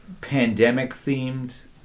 pandemic-themed